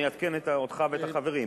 אני אעדכן אותך ואת החברים.